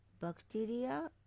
bacteria